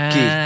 Key